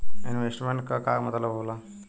Investment क का मतलब हो ला?